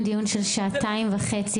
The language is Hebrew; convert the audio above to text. עשינו דיון של שעתיים וחצי,